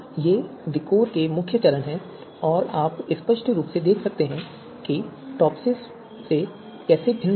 तो ये विकोर के मुख्य चरण हैं और आप स्पष्ट रूप से देख सकते हैं कि यह टॉपसिस से कैसे भिन्न है